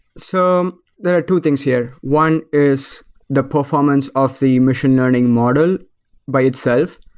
so um there are two things here. one is the performance of the machine learning model by itself,